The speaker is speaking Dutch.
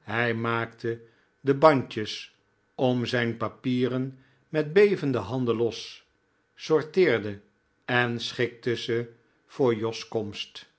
hij maakte de bandjes o zijn papieren met bevende handen los sorteerde en schikte ze voor jos komst